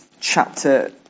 chapter